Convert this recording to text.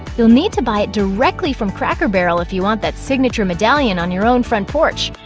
you'll need to buy it directly from cracker barrel if you want that signature medallion on your own front porch.